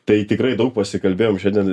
tai tikrai daug pasikalbėjom šiandien